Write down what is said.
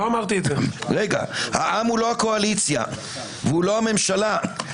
הוא לא הקואליציה ולא הממשלה.